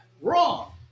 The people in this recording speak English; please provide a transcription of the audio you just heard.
wrong